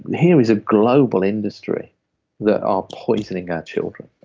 here is a global industry that are poisoning our children.